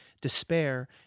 despair